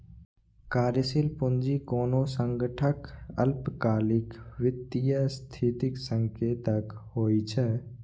कार्यशील पूंजी कोनो संगठनक अल्पकालिक वित्तीय स्थितिक संकेतक होइ छै